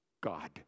God